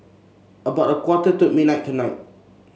about a quarter to midnight tonight